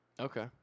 Okay